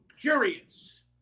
curious